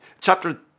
Chapter